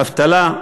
אבטלה,